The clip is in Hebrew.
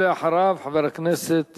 אחריו, חבר הכנסת